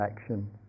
action